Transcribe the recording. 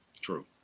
True